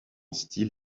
style